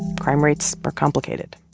crime rates are complicated